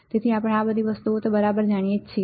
તેથી અમે આ વસ્તુઓ બરાબર જાણીએ છીએ